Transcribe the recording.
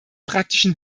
praktischen